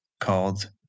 called